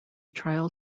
trial